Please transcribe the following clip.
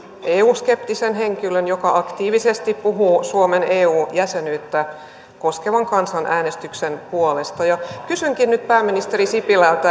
eu skeptisen henkilön joka aktiivisesti puhuu suomen eu jäsenyyttä koskevan kansanäänestyksen puolesta kysynkin nyt pääministeri sipilältä